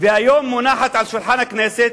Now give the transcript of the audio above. והיום מונחת על שולחן הכנסת,